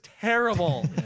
terrible